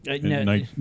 No